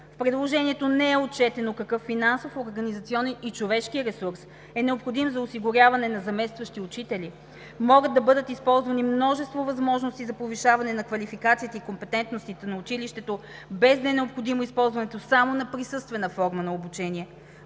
предложението не е отчетено какъв финансов, организационен и човешки ресурс е необходим за осигуряване на заместващи учители. Могат да бъдат използвани множество възможности за повишаване на квалификациите и компетентностите на училището, без да е необходимо използването само на присъствена форма на обучение.